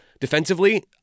Defensively